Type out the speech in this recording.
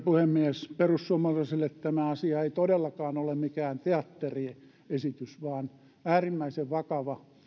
puhemies perussuomalaisille tämä asia ei todellakaan ole mikään teatteriesitys vaan äärimmäisen vakava